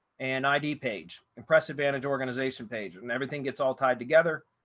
and id page, impressive vantage organization page, and everything gets all tied together.